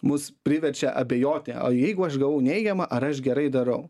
mus priverčia abejoti o jeigu aš gavau neigiamą ar aš gerai darau